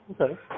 Okay